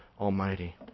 Almighty